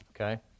Okay